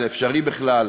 אם זה אפשרי בכלל,